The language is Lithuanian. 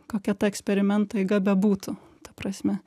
kokia ta eksperimento eiga bebūtų ta prasme